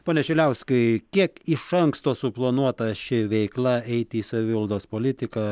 pone šiliauskai kiek iš anksto suplanuota ši veikla eiti į savivaldos politiką